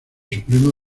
suprema